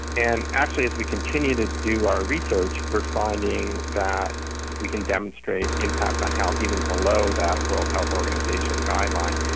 and actually as we continue to do our research we're finding that we can demonstrate impacts on health even below that world health organisation guideline.